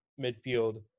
midfield